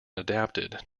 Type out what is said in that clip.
adapted